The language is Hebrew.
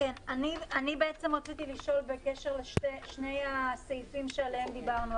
אני רציתי לשאול בקשר לשני הסעיפים שעליהם דיברנו,